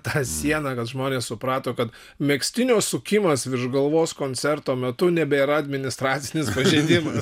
tą sieną kad žmonės suprato kad megztinio sukimas virš galvos koncerto metu nebėra administracinis pažeidimas